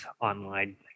online